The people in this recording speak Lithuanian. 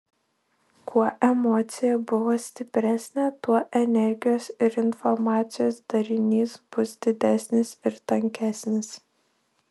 kuo emocija buvo stipresnė tuo energijos ir informacijos darinys bus didesnis ir tankesnis